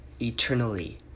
eternally